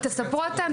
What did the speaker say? תספרו אתם.